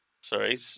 Sorry